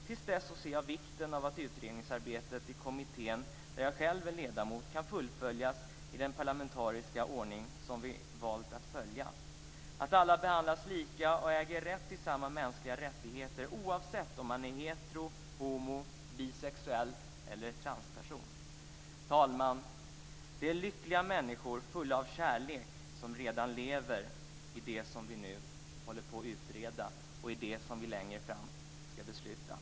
Till dess ser jag vikten av att utredningsarbetet i kommittén där jag själv är ledamot kan fullföljas i den parlamentariska ordning som vi valt att följa, att alla behandlas lika och äger rätt till samma mänskliga rättigheter oavsett om de är heterosexuella, homosexuella, bisexuella eller transpersoner. Fru talman! Det är lyckliga människor fulla av kärlek som redan lever i det som vi nu håller på att utreda och i det som vi längre fram ska fatta beslut om.